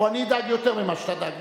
או: אני אדאג יותר ממה שאתה דאגת.